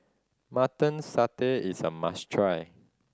Mutton Satay is a must try